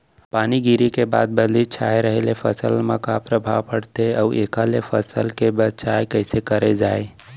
पानी गिरे के बाद बदली छाये रहे ले फसल मा का प्रभाव पड़थे अऊ एखर ले फसल के बचाव कइसे करे जाये?